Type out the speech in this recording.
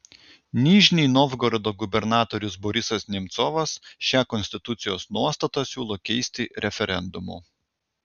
nižnij novgorodo gubernatorius borisas nemcovas šią konstitucijos nuostatą siūlo keisti referendumu